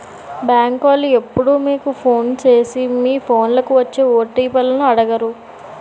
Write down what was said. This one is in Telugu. బేంకోలు ఎప్పుడూ మీకు ఫోను సేసి మీ ఫోన్లకి వచ్చే ఓ.టి.పి లను అడగరు